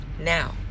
Now